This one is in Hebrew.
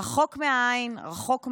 רחוק מהעין, רחוק מהלב,